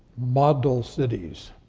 model cities,